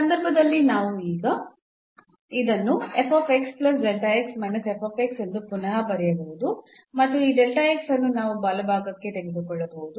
ಈ ಸಂದರ್ಭದಲ್ಲಿ ಈಗ ನಾವು ಇದನ್ನು ಎಂದು ಪುನಃ ಬರೆಯಬಹುದು ಮತ್ತು ಈ ಅನ್ನು ನಾವು ಬಲಭಾಗಕ್ಕೆ ತೆಗೆದುಕೊಳ್ಳಬಹುದು